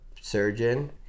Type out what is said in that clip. surgeon